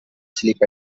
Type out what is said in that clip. sleep